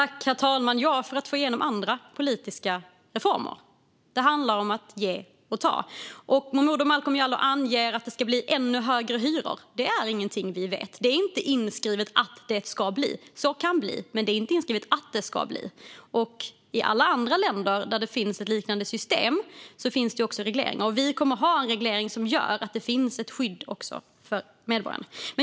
Herr talman! Jo, för att få igenom andra politiska reformer. Det handlar om att ge och ta. Momodou Malcolm Jallow påstår att det kommer att bli ännu högre hyror. Det vet vi inte. Det kan bli så, men det är inte inskrivet att det ska bli så. I alla andra länder med liknande system finns regleringar, och vi kommer att ha en reglering som ger skydd för medborgarna.